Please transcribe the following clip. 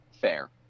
Fair